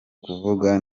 kuvuga